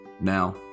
Now